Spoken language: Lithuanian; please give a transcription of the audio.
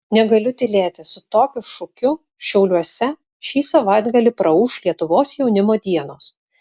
negaliu tylėti su tokiu šūkiu šiauliuose šį savaitgalį praūš lietuvos jaunimo dienos